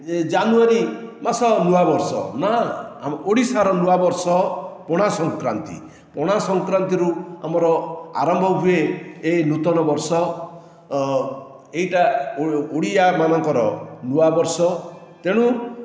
ଜାନୁଆରୀ ମାସ ନୂଆ ବର୍ଷ ନା ଓଡ଼ିଶାର ନୂଆ ବର୍ଷ ପଣା ସଂକ୍ରାନ୍ତି ପଣା ସଂକ୍ରାନ୍ତିରୁ ଆମର ଆରମ୍ଭ ହୁଏ ଏ ନୂତନ ବର୍ଷ ଏଇଟା ଓଡ଼ିଆ ମାନଙ୍କର ନୂଆ ବର୍ଷ ତେଣୁ